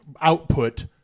output